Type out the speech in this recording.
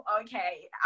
okay